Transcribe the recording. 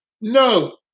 No